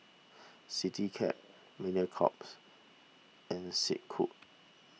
CityCab Mediacorp's and Snek Ku